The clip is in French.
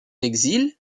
exil